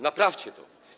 Naprawcie to.